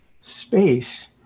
space